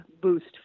boost